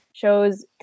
Shows